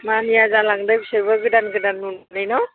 मानिया जालांदों बिसोरबो गोदान गोदान नुनानै न'